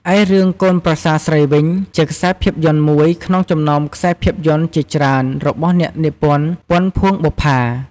ឯរឿងកូនប្រសាស្រីវិញ ជាខ្សែភាពយន្តមួយ ក្នុងចំណោមខ្សែភាពយន្តជាច្រើន របស់អ្នកនិពន្ធ ពាន់ ភួងបុប្ផា ។